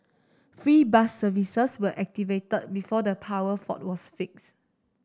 free bus services were activated before the power fault was fixed